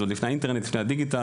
זה עוד לפני האינטרנט ולפני הדיגיטל,